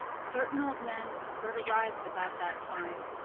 certain old men prefer to rise at about that time,